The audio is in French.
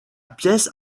pièce